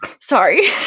Sorry